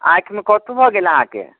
आँखिमे कथी भऽ गेल अहाँके